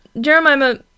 Jeremiah